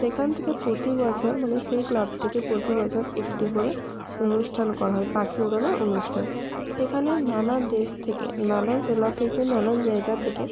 সেখান থেকে প্রতি বছর মানে সেই ক্লাব থেকে প্রতি বছর একটি করে অনুষ্ঠান করা হয় পাখি ওড়ানোর অনুষ্ঠান সেখানে নানা দেশ থেকে নানা জেলা থেকে নানা জায়গা থেকে